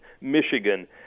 Michigan